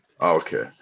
Okay